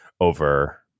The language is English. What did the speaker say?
over